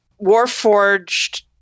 Warforged